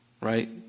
right